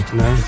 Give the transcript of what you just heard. no